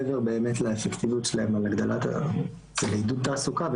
מעבר לאפקטיביות שלהם לעידוד תעסוקה,